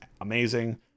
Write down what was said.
amazing